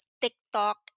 TikTok